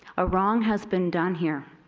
a wrong has been done here.